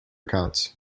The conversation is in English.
accounts